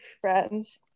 friends